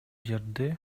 жерде